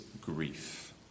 grief